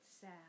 sad